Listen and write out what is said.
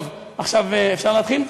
טוב, עכשיו אפשר להתחיל?